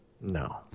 No